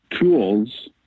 tools